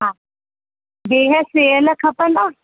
हा बिह सेयल खपंदा